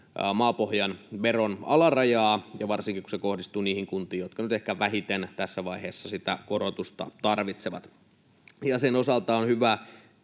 maapohjan veron alarajaa, varsinkin kun se kohdistuu niihin kuntiin, jotka nyt ehkä vähiten tässä vaiheessa sitä korotusta tarvitsevat. Sen osalta on hyvä